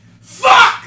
Fuck